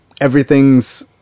everything's